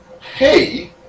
Hey